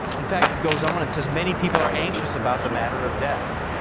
in fact it goes on and says, many people, are anxious about the matter of death.